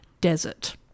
desert